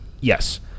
yes